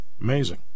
Amazing